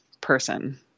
person